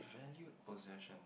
valued possession